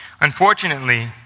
Unfortunately